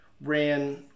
ran